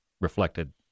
reflected